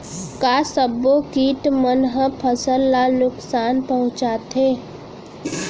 का सब्बो किट मन ह फसल ला नुकसान पहुंचाथे?